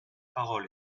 parole